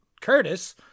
Curtis